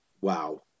Wow